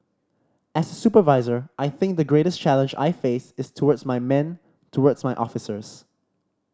as a supervisor I think the greatest challenge I face is towards my men towards my officers